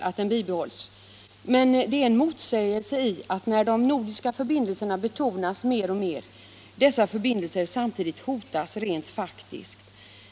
Men det ligger en motsägelse i att när de nordiska förbindelserna betonas mer och mer dessa förbindelser samtidigt hotas rent faktiskt.